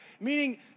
Meaning